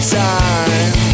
time